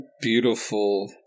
beautiful